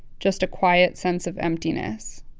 just a quiet sense of emptiness